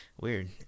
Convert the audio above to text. Weird